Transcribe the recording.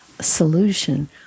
solution